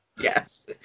yes